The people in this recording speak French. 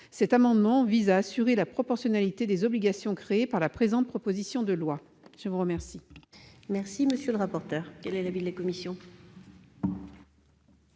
Cet amendement tend à assurer la proportionnalité des obligations créées par la présente proposition de loi. Très bien